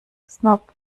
snob